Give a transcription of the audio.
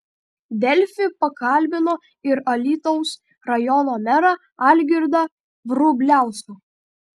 delfi pakalbino ir alytaus rajono merą algirdą vrubliauską